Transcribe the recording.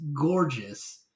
gorgeous